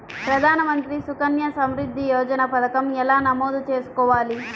ప్రధాన మంత్రి సుకన్య సంవృద్ధి యోజన పథకం ఎలా నమోదు చేసుకోవాలీ?